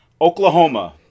Oklahoma